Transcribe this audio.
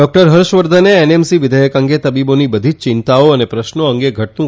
doctor હર્ષવર્ધને એનવિધેયક અંગે તબીબોની બધી જ ચિંતાઓ અને પ્રશ્નો અંગે ઘટતુ